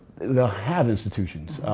they'll have institutions,